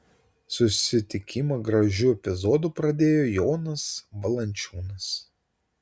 susitikimą gražiu epizodu pradėjo jonas valančiūnas